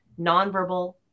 nonverbal